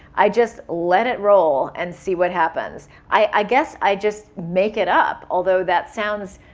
i just let it roll and see what happens. i guess i just make it up. although, that sounds,